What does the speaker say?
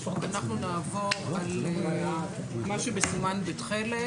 אנחנו נעבור על מה שמסומן בתכלת.